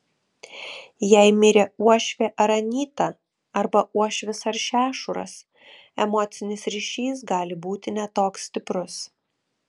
jei mirė uošvė ar anyta arba uošvis ar šešuras emocinis ryšys gali būti ne toks stiprus